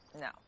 No